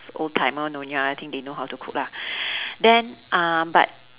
old timer nyonya I think they know how to cook lah then uh but